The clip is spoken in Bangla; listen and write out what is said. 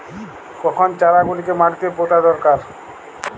কখন চারা গুলিকে মাটিতে পোঁতা দরকার?